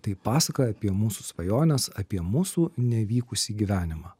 tai pasaka apie mūsų svajones apie mūsų nevykusį gyvenimą